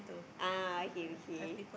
ah okay okay